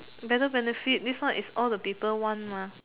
better benefit this one is all the people want mah